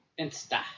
Insta